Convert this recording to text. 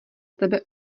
tebe